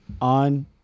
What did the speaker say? on